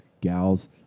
Gals